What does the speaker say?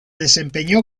desempeñó